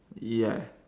ya